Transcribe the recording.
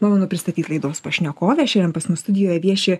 malonu pristatyt laidos pašnekovę šiandien pas mus studijoj vieši